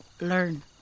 Learn